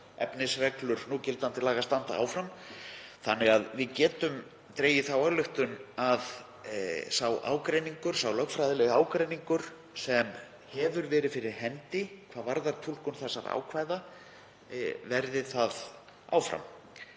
efnisreglur núgildandi laga standa áfram. Við getum því dregið þá ályktun að sá lögfræðilegi ágreiningur sem hefur verið fyrir hendi, hvað varðar túlkun þessara ákvæða, verði það áfram.